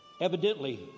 Evidently